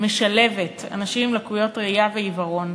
משלבת אנשים עם לקויות ראייה ועיוורון?